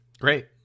Great